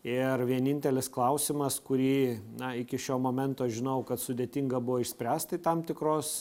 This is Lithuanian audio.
ir vienintelis klausimas kurį na iki šio momento žinojau kad sudėtinga buvo išspręst tai tam tikros